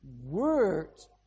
word's